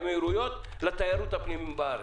ובאמירויות לגבי תיירות הפנים בארץ.